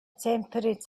temporary